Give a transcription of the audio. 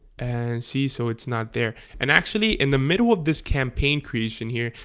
and see so it's not there and actually in the middle of this campaign creation here.